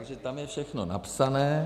Takže tam je všechno napsané.